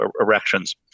erections